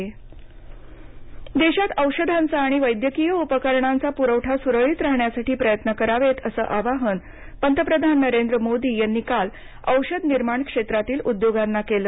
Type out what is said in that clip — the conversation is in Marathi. पंतप्रधान औषध कंपन्या देशात औषधांचा आणि वैद्यकीय उपकरणांचा पुरवठा सुरळीत राहण्यासाठी प्रयत्न करावेत असं आवाहन पंतप्रधान नरेंद्र मोदी यांनी काल औषध निर्माण क्षेत्रातील उद्योगांना केलं